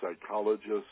psychologists